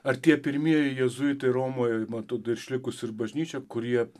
ar tie pirmieji jėzuitai romoje man atrodo išlikusi ir bažnyčia kurie